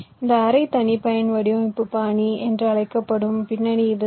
இந்த அரை தனிப்பயன் வடிவமைப்பு பாணி என்று அழைக்கப்படும் பின்னணி இதுதான்